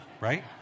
right